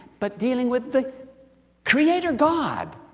but dealing with the creator-god,